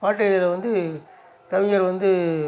பாட்டெழுதுறது வந்து கவிஞர் வந்து